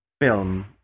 film